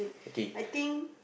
I think